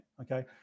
okay